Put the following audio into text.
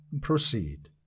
proceed